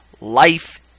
life